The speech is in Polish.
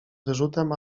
wyrzutem